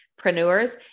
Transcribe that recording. preneurs